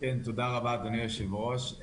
תודה רבה אדוני היושב ראש.